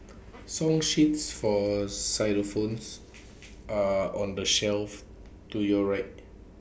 song sheets for xylophones are on the shelf to your right